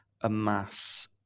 amass